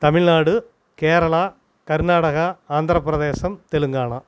Tamil Nadu Kerala Karnataka Andhra Pradesh Telangana